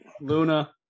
Luna